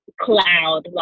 cloud